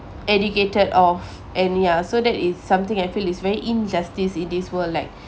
educated of and ya so that is something I feel it's very injustice in this world like